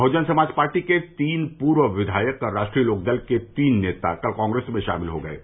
बहुजन Samaj party के तीन पूर्व विधायक और राष्ट्रीय लोकदल के तीन नेता कल कांग्रेस में शामिल हो गये हैं